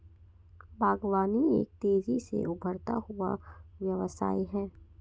बागवानी एक तेज़ी से उभरता हुआ व्यवसाय है